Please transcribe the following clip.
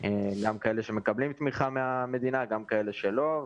גם כאלה שמקבלים תמיכה מהמדינה וגם כאלה שלא.